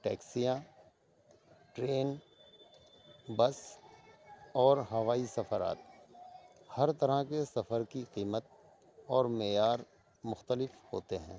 ٹیکسیاں train bus اور ہوائی سفرات ہر طرح کے سفر کی قیمت اور معیار مختلف ہوتے ہیں